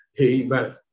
Amen